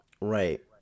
Right